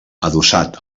adossat